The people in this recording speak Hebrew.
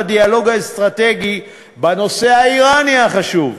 לדיאלוג האסטרטגי בנושא האיראני, החשוב,